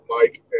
Mike